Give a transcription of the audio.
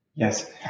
Yes